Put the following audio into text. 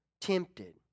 tempted